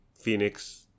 Phoenix